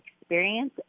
experience